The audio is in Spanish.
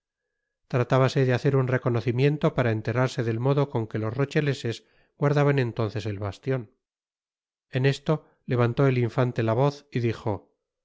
tratábase de hacer un reconocimiento para enterarse del modo con que los rocheleses guardaban entonces el bastion en esto tevantó el infante la voz y dijo